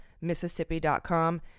mississippi.com